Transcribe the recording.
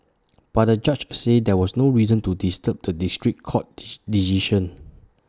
but the judge said there was no reason to disturb the district court's decision